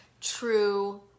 true